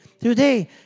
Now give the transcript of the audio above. today